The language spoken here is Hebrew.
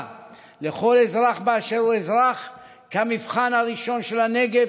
לכל אזרח באשר הוא אזרח כמבחן הראשון של הנגב,